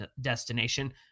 destination